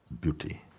beauty